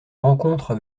rencontre